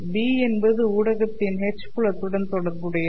B' என்பது ஊடகத்தின் H' புலத்துடன் தொடர்புடையது